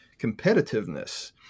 competitiveness